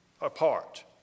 apart